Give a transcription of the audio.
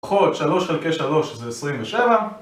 חוד שלוש חלקי שלוש זה עשרים ושבע